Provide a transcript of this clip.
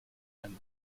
and